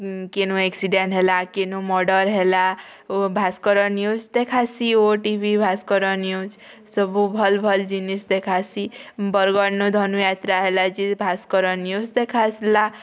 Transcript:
କିନୁ accident ହେଲା କିନୁ murder ହେଲା ଓ ଭାସ୍କର ନ୍ୟୁଜ୍ ଦେଖାସି ଓ ଟଭି ଭାସ୍କର ନ୍ୟୁଜ୍ ସବୁ ଭଲ୍ ଭଲ୍ ଜିନିଷ୍ ଦେଖାସି ବରଗଡ଼୍ନୁ ଧନୁଯାତ୍ରା ହେଲା ଯେ ଭାସ୍କର ନ୍ୟୁଜ୍ ଦେଖା ଆସ୍ଲା